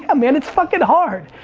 ah man, it's fucking hard.